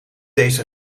deze